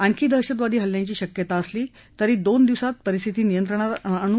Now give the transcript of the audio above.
आणखी दहशतवादी हल्ल्यांची शक्यता असली तरी दोन दिवसांत परिस्थिती नियंत्रणात आणू